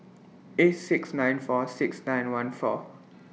eight six nine four six nine one four